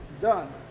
done